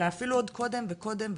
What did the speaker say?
אלא אפילו עוד קודם לכן.